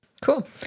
Cool